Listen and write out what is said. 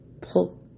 pull